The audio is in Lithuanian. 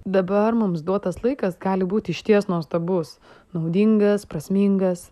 dabar mums duotas laikas gali būti išties nuostabus naudingas prasmingas